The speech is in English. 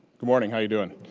good morning. how are you doing?